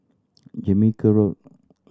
Jamaica Road